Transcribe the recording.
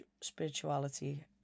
spirituality